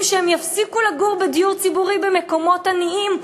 שהם יפסיקו לגור בדיור ציבורי במקומות עניים,